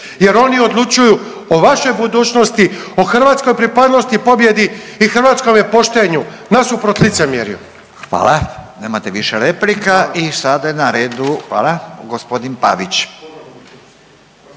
jer oni odlučuju o vašoj budućnosti, o hrvatskoj pripadnosti pobjedi i hrvatskome poštenju nasuprot licemjerju. **Radin, Furio (Nezavisni)** Hvala. Nemate više replika. I sada je na redu gospodin Pavić.